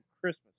Christmas